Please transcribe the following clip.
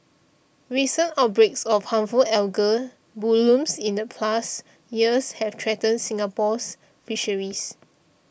recent outbreaks of harmful algal blooms in the past years have threatened Singapore's Fisheries